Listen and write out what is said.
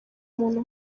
muntu